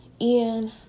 Ian